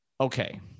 Okay